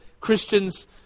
Christians